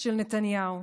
של נתניהו,